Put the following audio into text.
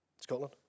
Scotland